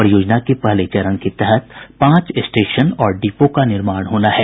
परियोजना के पहले चरण के तहत पांच स्टेशन और डिपो का निर्माण होना है